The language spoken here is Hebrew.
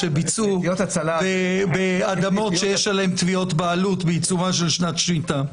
שביצעו באדמות שיש עליהן תביעות בעלות בעיצומה של שנת שמיטה,